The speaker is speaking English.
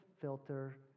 filter